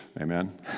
Amen